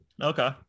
Okay